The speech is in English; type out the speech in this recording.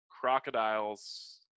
crocodiles